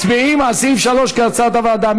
מצביעים על סעיף 3, כהצעת הוועדה.